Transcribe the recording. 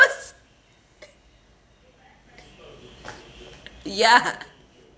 ya